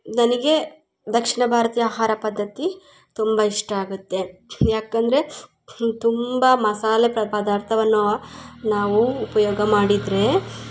ನನಗೆ ದಕ್ಷಿಣ ಭಾರತೀಯ ಆಹಾರ ಪದ್ಧತಿ ತುಂಬ ಇಷ್ಟ ಆಗುತ್ತೆ ಯಾಕಂದರೆ ತುಂಬ ಮಸಾಲೆ ಪದಾರ್ಥವನೊ ನಾವು ಉಪಯೋಗ ಮಾಡಿದರೆ